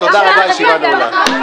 תודה רבה, הישיבה נעולה.